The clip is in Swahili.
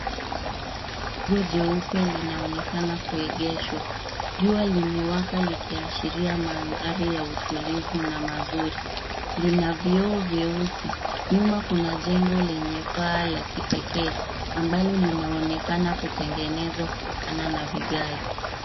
Gari jeupe linaonekana kuegeshwa. Jua limewaka likiashiria mandhari ya utulivu na mazuri. Lina vioo vyeusi. Nyuma kuna lenye paa la kipekee ambalo linaonekana kutengenezwa kutokana na vigae.